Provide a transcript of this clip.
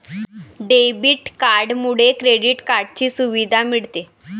debit कार्डमुळे credit कार्डची सुविधा मिळते